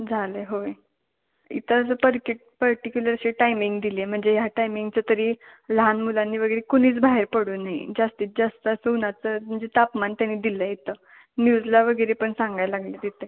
झालं होय इथ असं परकीट पर्टीक्युलर असे टाइमिंग दिलं आहे म्हणजे ह्या टाइमिंगचं तरी लहान मुलांनी वगैरे कुणीच बाहेर पडू नये जास्तीत जास्त असं ऊन्हाचं म्हणजे तापमान त्यांनी दिलं आहे इथं न्यूजला वगैरे पण सांगायला लागले आहेत इथं